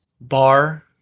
bar